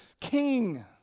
king